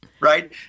Right